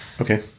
okay